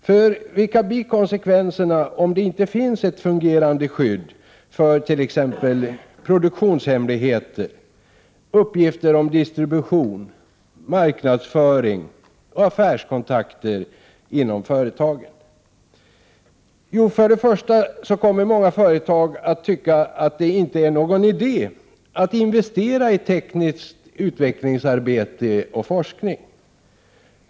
För vilka blir konsekvenserna om det inte finns ett fungerande skydd för t.ex. produktionshemligheter, uppgifter om distribution, marknadsföring och affärskontakter inom företagen? Jo, många företag kommer att tycka att de inte är någon idé att investera i tekniskt utvecklingsarbete och forskning.